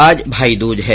आज भाईद्ज है